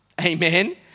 amen